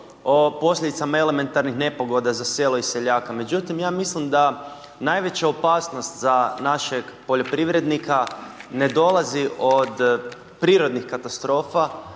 o posljedicama elementarnih nepogoda za selo i seljaka, međutim ja mislim da najveća opasnost za našeg poljoprivrednika ne dolazi od prirodnih katastrofa